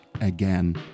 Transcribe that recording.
again